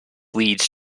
leads